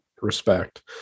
Respect